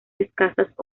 escasas